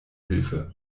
hilfe